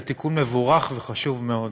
זה תיקון מבורך וחשוב מאוד.